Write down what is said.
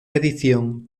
edición